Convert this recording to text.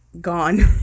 gone